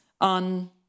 on